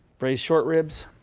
braised short ribs.